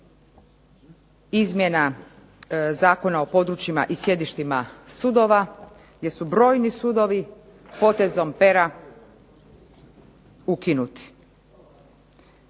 izmjena Zakona o područjima i sjedištima sudova, gdje su brojni sudovi potezom pera ukinuti.